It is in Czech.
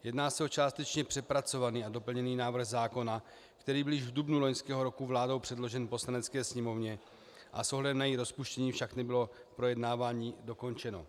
Jedná se o částečně přepracovaný a doplněný návrh zákona, který byl již v dubnu loňského roku vládou předložen Poslanecké sněmovně, s ohledem na její rozpuštění však nebylo projednávání dokončeno.